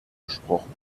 gesprochen